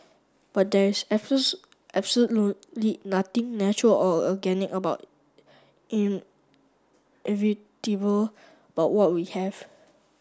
but there is absolutely nothing natural or organic about and but what we have